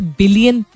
billion